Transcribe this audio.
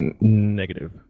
Negative